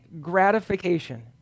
gratification